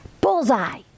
Bullseye